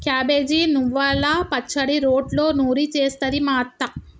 cabbage నువ్వల పచ్చడి రోట్లో నూరి చేస్తది మా అత్త